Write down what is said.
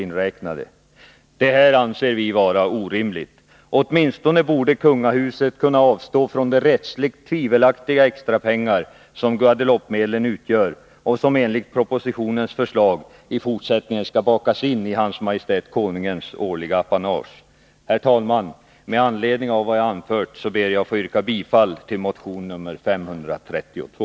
inräknade. Detta anser vi vara orimligt. Konungahuset borde åtminstone kunna avstå från de rättsligt tvivelaktiga extrapengar som Guadeloupemedlen utgör och som enligt propositionens förslag i fortsättningen skall bakas in i Hans Maj:t Konungens årliga apanage. Herr talman! Med anledning av vad jag anfört ber jag att få yrka bifall till motion nr 532.